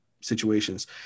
situations